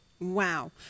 Wow